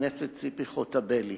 הכנסת ציפי חוטובלי.